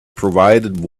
provided